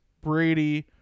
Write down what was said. Brady